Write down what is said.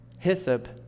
Hyssop